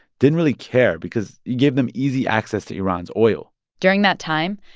didn't really care because he gave them easy access to iran's oil during that time,